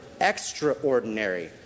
extraordinary